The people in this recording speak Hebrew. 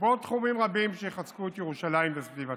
ועוד תחומים רבים שיחזקו את ירושלים וסביבתה.